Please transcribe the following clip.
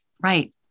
Right